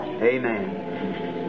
Amen